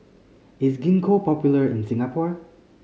is Gingko popular in Singapore